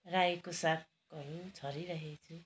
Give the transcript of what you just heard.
रायोको सागहरू छरिराखेको छु